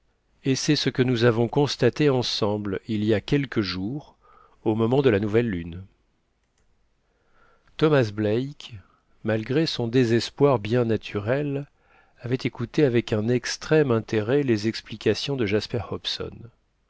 et c'est ce que nous avons constaté ensemble il y a quelques jours au moment de la nouvelle lune thomas black malgré son désespoir bien naturel avait écouté avec un extrême intérêt les explications de jasper hobson